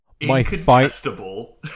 incontestable